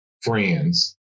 friends